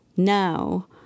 Now